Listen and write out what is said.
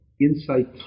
Insight